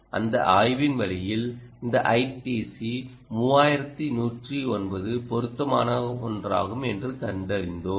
அந்த ஆய்வின் வழியில் இந்த ஐடிசி 3109 பொருத்தமான ஒன்றாகும் என்று கண்டறிந்தோம்